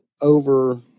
over